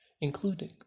including